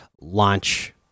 launch